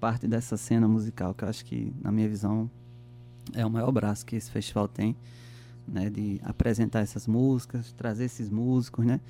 Parte dessa cena musical que eu acho que, na minha visão, é o maior braço que esse festival tem, né, de apresentar essas músicas, trazer esses músicos, né,